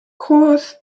course